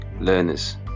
learners